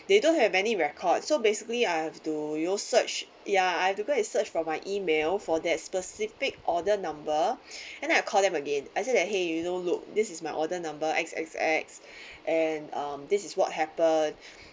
they don't have any record so basically I have to you know search ya I have to go and search from my email for that specific order number and then I call them again I say that !hey! you know look this is my order number x x x and um this is what happened